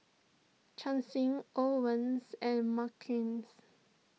Chancy Owens and Marquez